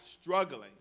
struggling